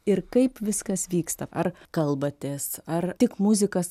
ir kaip viskas vyksta ar kalbatės ar tik muzikas